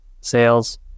sales